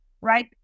right